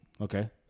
Okay